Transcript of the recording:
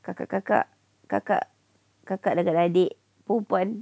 kakak kakak kakak kakak dah tak ada adik perempuan